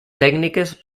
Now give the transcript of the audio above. tècniques